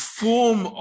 form